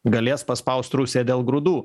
galės paspaust rusiją dėl grūdų